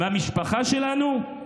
במשפחה שלנו?